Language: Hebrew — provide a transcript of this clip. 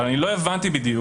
אבל אני לא הבנתי משהו.